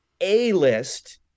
A-list